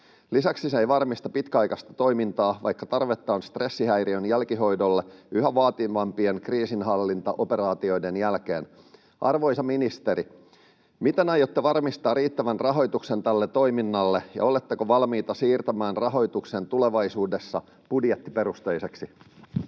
Lisäksi se ei varmista pitkäaikaista toimintaa, vaikka tarvetta on stressihäiriön jälkihoidolle yhä vaativampien kriisinhallintaoperaatioiden jälkeen. Arvoisa ministeri, miten aiotte varmistaa riittävän rahoituksen tälle toiminnalle, ja oletteko valmiita siirtämään rahoituksen tulevaisuudessa budjettiperusteiseksi?